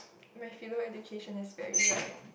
my philo education is very like